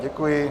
Děkuji.